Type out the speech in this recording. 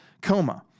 coma